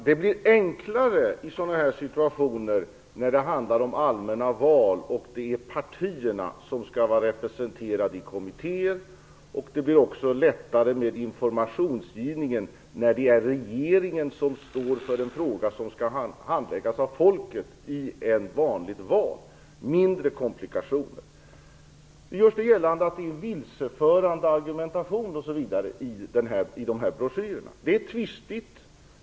Herr talman! Det blir enklare i sådana här situationer när det handlar om allmänna val och det är partierna som skall vara representerade i kommittéer. Det blir också lättare med informationsgivningen när det är regeringen som står för den fråga som skall avgöras av folket i ett vanligt val, det blir mindre komplikationer. Det görs gällande att det finns vilseförande argumentation osv. i broschyrerna. Det är tvistigt.